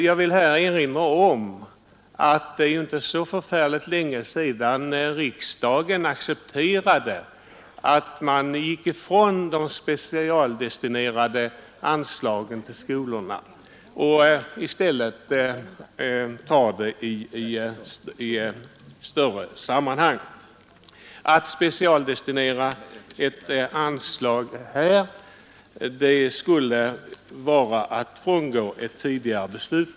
Jag vill erinra om att det inte är så länge sedan riksdagen accepterade att man gick ifi de specialdestinerade anslagen till skolorna och i stället tog det i större sammanhang. Att specialdestinera ett anslag för stödundervisning i simning skulle vara att frångå tidigare beslut.